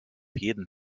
jeden